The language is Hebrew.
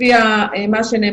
לפי מה שנאמר,